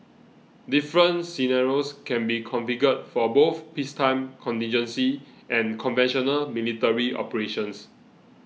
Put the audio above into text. different scenarios can be configured for both peacetime contingency and conventional military operations